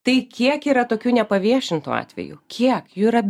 tai kiek yra tokių nepaviešintų atvejų kiek jų yra